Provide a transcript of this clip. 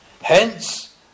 Hence